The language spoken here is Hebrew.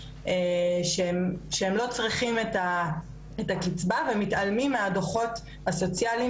שהם לא צריכים את הקצבה ומתעלמים מהדוחות הסוציאליים